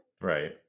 Right